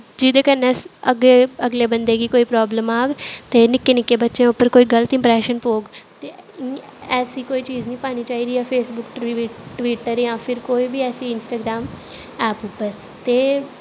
जेह्दे कन्नै अगले अगले बंदे गी कोई प्राब्लम आह्ग ते निक्के निक्के बच्चें उप्पर कोई गलत इंप्रैशन पौह्ग ते ऐसी कोई चीज निं पानी चाहिदी ऐ फेसबुक टवी टविट्टर जां फिर कोई बी ऐसी इंस्टाग्राम ऐप उप्पर ते